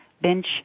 bench